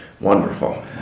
wonderful